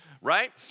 right